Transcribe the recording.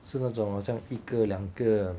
是那种好像那种一个两个